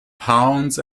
pounds